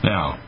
Now